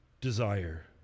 desire